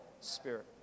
spirit